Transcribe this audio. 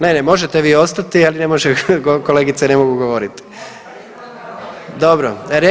Ne, ne, možete vi ostati, ali ne može, kolegice ne mogu govoriti. … [[Upadica iz klupe se ne razumije]] Dobro.